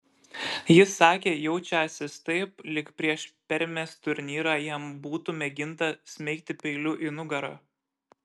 jis sakė jaučiąsis taip lyg prieš permės turnyrą jam būtų mėginta smeigti peiliu į nugarą